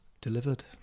delivered